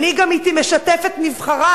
מנהיג אמיתי משתף את נבחריו